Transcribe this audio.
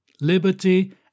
liberty